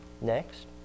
Next